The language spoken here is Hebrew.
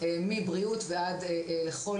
שהם ברמה קוגניטיבית שמותאמת אליו,